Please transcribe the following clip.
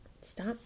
stop